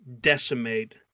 decimate